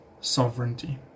sovereignty